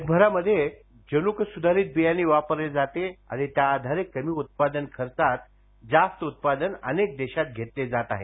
जगभरामध्ये जनुक सुधारीत बियाणे वापरले जाते आणि त्या आधारे कमी उत्पादन खर्चात जास्त उत्पादन अनेक देशात घेतले जात आहे